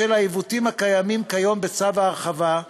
בשל העיוותים הקיימים כיום בצו ההרחבה,